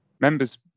Members